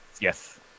Yes